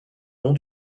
long